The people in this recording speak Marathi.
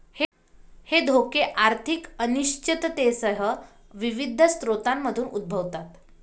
हे धोके आर्थिक अनिश्चिततेसह विविध स्रोतांमधून उद्भवतात